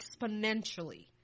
exponentially